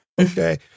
Okay